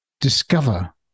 Discover